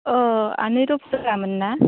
औ आनै रफला मोन ना